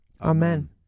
Amen